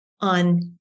on